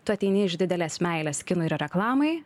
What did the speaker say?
tu ateini iš didelės meilės kinui ir reklamai